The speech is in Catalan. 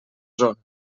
zona